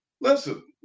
listen